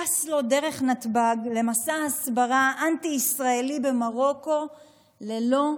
טס לו דרך נתב"ג למסע הסברה אנטי-ישראלי במרוקו ללא הפרעות.